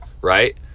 right